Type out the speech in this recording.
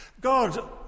God